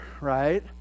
right